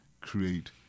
create